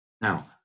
now